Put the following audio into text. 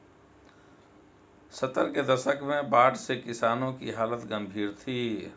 सत्तर के दशक में बाढ़ से किसानों की हालत गंभीर थी